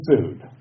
food